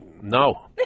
No